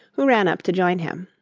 who ran up to join him.